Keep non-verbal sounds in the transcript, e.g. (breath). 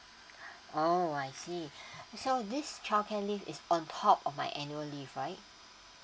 (breath) oh I see (breath) so this childcare leave is on top of my annual leave right